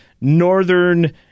northern